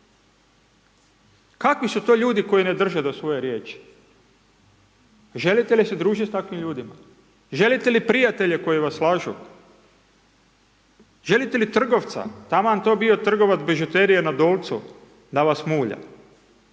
Kakvi su to ljudi koji ne drže do svoje riječi? Želite li se družiti s takvim ljudima? Želite li prijatelje koji vas lažu? Želite li trgovca, taman to bio trgovac bižuterije na Dolcu, da vas mulja?